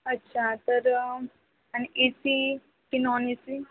अच्छा तर आणि ए सी की नॉन ए सी